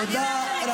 תודה, אדוני.